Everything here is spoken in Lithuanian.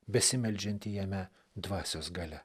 besimeldžiantį jame dvasios galia